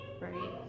right